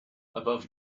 above